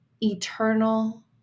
eternal